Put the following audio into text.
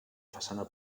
façana